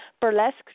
burlesque